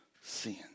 sin